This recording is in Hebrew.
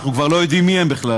אנחנו כבר לא יודעים מי הם בכלל,